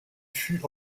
fut